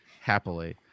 happily